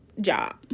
job